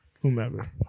whomever